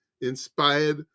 inspired